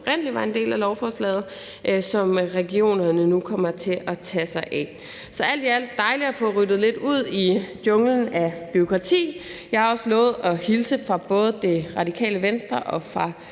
oprindelig var en del af lovforslaget, og som regionerne nu kommer til at tage sig af. Så alt i alt er det dejligt at få ryddet lidt ud i junglen af bureaukrati. Jeg har også lovet at hilse fra både Radikale Venstre og fra